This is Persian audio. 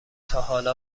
تاحالا